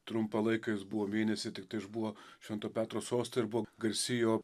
trumpą laiką jis buvo mėnesį tiktai išbuvo švento petro soste ir buvo garsi jo